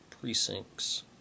precincts